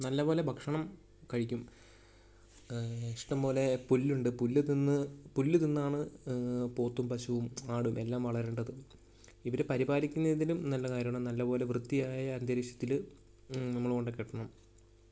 നല്ലപോലെ ഭക്ഷണം കഴിക്കും ഇഷ്ടം പോലെ പുല്ലുണ്ട് പുല്ല് തിന്ന് പുല്ല് തിന്നാണ് പോത്തും പശുവും ആടും എല്ലാം വളരേണ്ടത് ഇവർ പരിപാലിക്കുന്നതിലും നല്ലതാവണം നല്ലപോലെ വൃത്തിയായ അന്തരീക്ഷത്തിൽ നമ്മൾ കൊണ്ടുപോയി കെട്ടണം